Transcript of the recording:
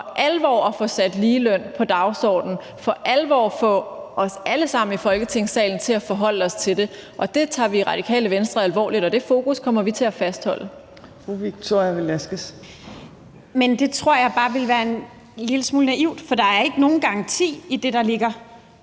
for alvor at få sat ligeløn på dagsordenen og for alvor at få os alle sammen i Folketingssalen til at forholde os til det, og det tager vi i Radikale Venstre alvorligt, og det fokus kommer vi til at fastholde. Kl. 15:46 Fjerde næstformand (Trine Torp): Fru Victoria Velasquez.